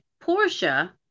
Portia